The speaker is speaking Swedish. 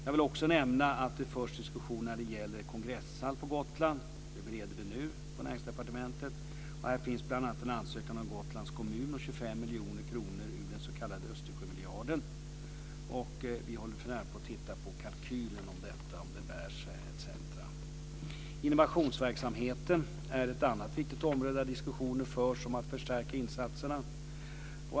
Jag vill också nämna att det förs diskussioner om en kongresshall på Gotland. Det bereder vi nu på Näringsdepartementet. Här finns bl.a. en ansökan från Östersjömiljarden. Vi håller för närvarande på att titta på kalkylen, om det bär sig etc. Innovationsverksamheten är ett annat viktigt område där diskussioner förs om att förstärka insatserna.